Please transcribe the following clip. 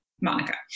Monica